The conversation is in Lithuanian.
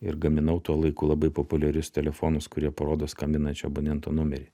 ir gaminau tuo laiku labai populiarius telefonus kurie parodo skambinančio abonento numerį